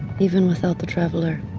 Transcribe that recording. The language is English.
even without the traveler.